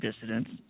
dissidents